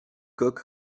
coq